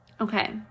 Okay